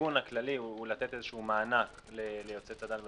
הכיוון הכללי הוא לתת מענק ליוצאי צד"ל בדיור.